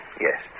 Yes